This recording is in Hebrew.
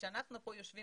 כשאנחנו יושבים פה,